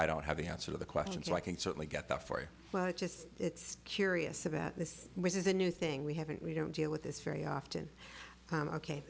i don't have the answer to the question so i can certainly get that for you but just it's curious about this which is a new thing we haven't we don't deal with this very often